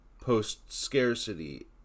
post-scarcity